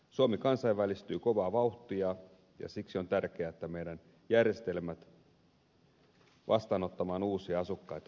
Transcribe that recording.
suomi kansainvälistyy kovaa vauhtia ja siksi on tärkeää että meidän järjestelmämme ovat valmiina vastaanottamaan uusia asukkaita